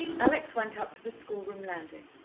alex went up to the schoolroom landing,